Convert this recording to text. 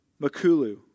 Makulu